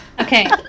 Okay